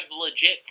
legit